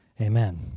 Amen